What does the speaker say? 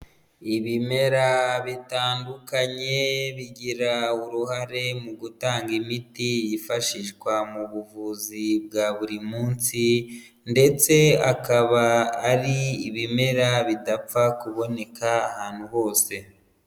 Ibimera bitandukanye bigira uruhare mu gutanga imiti yifashishwa mu buvuzi bwa buri munsi ndetse akaba, ari ibimera bidapfa kuboneka ahantu hose.